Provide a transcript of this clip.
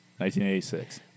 1986